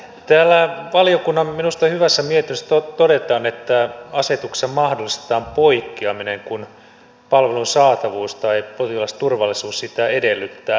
täällä valiokunnan minusta hyvässä mietinnössä todetaan että asetuksessa mahdollistetaan poikkeaminen kun palvelun saatavuus tai potilasturvallisuus sitä edellyttää